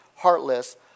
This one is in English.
heartless